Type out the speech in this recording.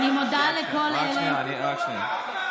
אני מודה לכל אלה, רק שנייה, רק שנייה.